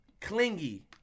Clingy